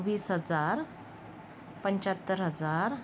वीस हजार पंच्याहत्तर हजार